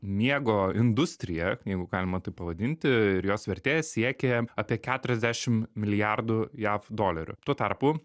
miego industrija jeigu galima taip pavadinti ir jos vertė siekė apie keturiasdešim milijardų jav dolerių tuo tarpu